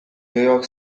york